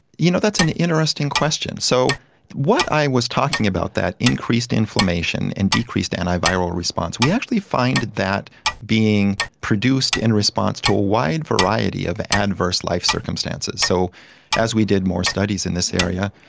you know that's an interesting question. so what i was talking about, that increased inflammation and decreased anti-viral response, we actually find that being produced in response to a wide variety of adverse life circumstances. so as we did more studies in this area,